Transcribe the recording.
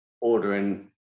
ordering